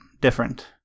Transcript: different